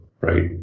right